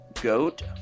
Goat